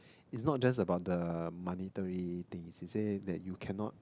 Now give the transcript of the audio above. it's not just about the monetary thing she say that you cannot